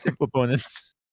opponents